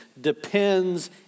depends